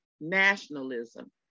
nationalism